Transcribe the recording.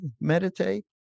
meditate